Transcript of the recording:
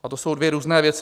A to jsou dvě různé věci.